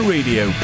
Radio